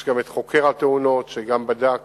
יש גם חוקר תאונות, שגם בדק